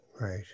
Right